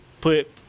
put